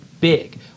big